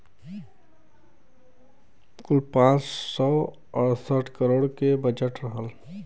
कुल पाँच सौ अड़सठ करोड़ के बजट रहल